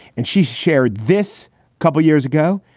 and she shared this couple years ago.